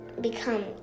become